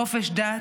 חופש דת,